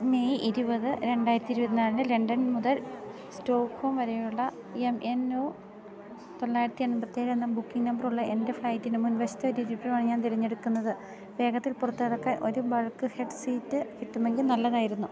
May ഇരുപത് രണ്ടായിരത്തി ഇരുപത്തി നാലിന് ലണ്ടൻ മുതൽ സ്റ്റോക്ക്ഹോം വരെയുള്ള എം എൻ ഒ തൊള്ളായിരത്തി എൺപത്തി ഏഴ് എന്ന ബുക്കിംഗ് നമ്പറുള്ള എൻ്റെ ഫ്ലൈറ്റിന് മുൻവശത്ത് ഒരു ഇരിപ്പിടമാണ് ഞാൻ തെരഞ്ഞെടുക്കുന്നത് വേഗത്തിൽ പുറത്തു കടക്കാൻ ഒരു ബൾക്ക് ഹെഡ് സീറ്റ് കിട്ടുമെങ്കിൽ നല്ലതായിരുന്നു